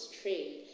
trade